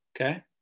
Okay